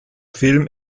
film